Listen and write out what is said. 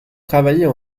travailler